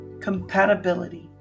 Compatibility